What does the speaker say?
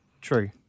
True